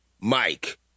Mike